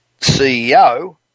CEO